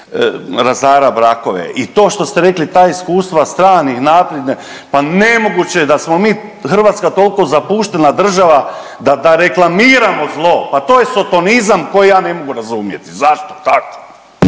razara brakove. I to što ste rekli, ta iskustva stranih …/Govornik se ne razumije./… pa nemoguće je da smo mi, Hrvatska toliko zapuštena država, da reklamiramo zlo. Pa to je sotonizam koji ja ne mogu razumjeti zašto, kako?